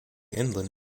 inland